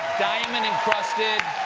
diamond-encrusted,